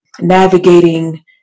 navigating